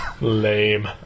Lame